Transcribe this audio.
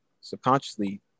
subconsciously